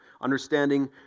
Understanding